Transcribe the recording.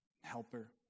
helper